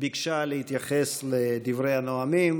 ביקשה להתייחס לדברי הנואמים.